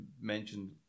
mentioned